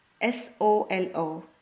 S-O-L-O